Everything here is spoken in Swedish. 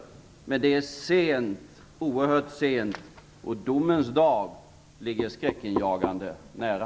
Men det är sent, oerhört sent, och domens dag ligger skräckinjagande nära.